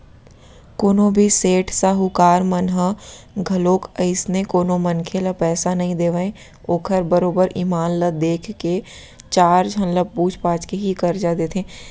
कोनो भी सेठ साहूकार मन ह घलोक अइसने कोनो मनखे ल पइसा नइ देवय ओखर बरोबर ईमान ल देख के चार झन ल पूछ पाछ के ही करजा देथे